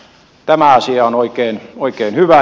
tämä asia on oikein hyvä